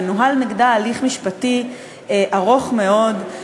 ונוהל נגדה הליך משפטי ארוך מאוד,